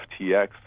FTX